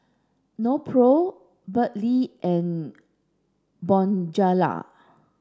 Nepro Burt bee and Bonjela